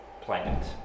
planet